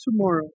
tomorrow